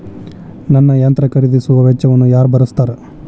ನನ್ನ ಯಂತ್ರ ಖರೇದಿಸುವ ವೆಚ್ಚವನ್ನು ಯಾರ ಭರ್ಸತಾರ್?